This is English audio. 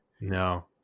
No